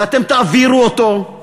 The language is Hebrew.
ואתם תעבירו אותו,